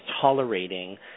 tolerating